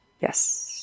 Yes